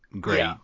great